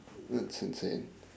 that's insane